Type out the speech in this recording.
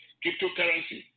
cryptocurrency